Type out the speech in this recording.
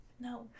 No